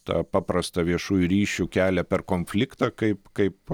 tą paprastą viešųjų ryšių kelią per konfliktą kaip kaip